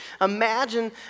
Imagine